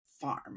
farm